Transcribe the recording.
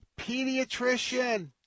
Pediatrician